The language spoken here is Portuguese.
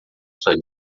sua